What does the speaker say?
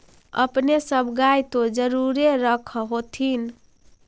अपने सब गाय तो जरुरे रख होत्थिन?